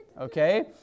Okay